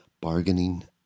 bargaining